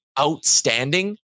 outstanding